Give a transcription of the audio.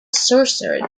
sorcerer